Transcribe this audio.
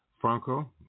franco